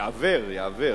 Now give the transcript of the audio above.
יעוור.